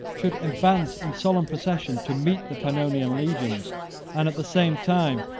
should advance in solemn procession to meet the pannonian legions and, at the same time,